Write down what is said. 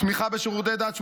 בתמיכה בשירותי דת,